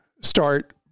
start